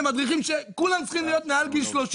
למדריכים שכולם צריכים להיות מעל גיל 30